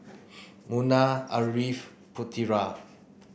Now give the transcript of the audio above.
Munah Ariff Putera